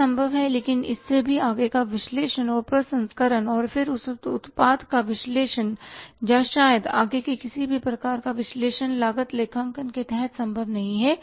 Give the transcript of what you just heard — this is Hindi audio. यह संभव है लेकिन इससे भी आगे का विश्लेषण और प्रसंस्करण और फिर उस उत्पाद का विश्लेषण या शायद आगे के किसी भी प्रकार का विश्लेषण लागत लेखांकन के तहत संभव नहीं है